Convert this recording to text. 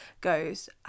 goes